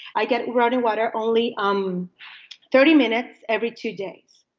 i get running water only um thirty minutes every two days.